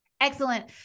Excellent